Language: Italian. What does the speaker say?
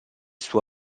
suo